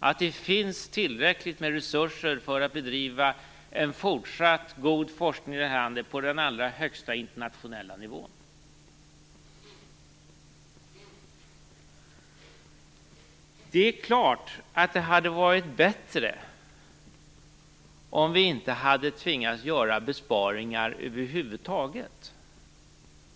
att det finns tillräckligt med resurser för att bedriva en fortsatt god forskning på den allra högsta internationella nivån i det här landet. Självfallet hade det varit bättre om vi inte hade tvingats göra besparingar över huvud taget.